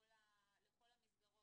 לכל המסגרות.